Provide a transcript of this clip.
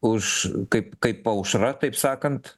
už kaip kaip aušra taip sakant